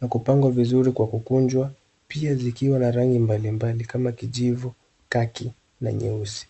na kupangwa vizuri kwa kukunjwa, pia zikiwa na rangi mbali mbali kama kijivu, kaki na nyeusi.